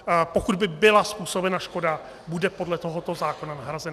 A pokud by byla způsobena škoda, bude podle tohoto zákona nahrazena.